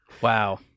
Wow